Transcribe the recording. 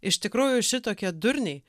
iš tikrųjų šitokie durniai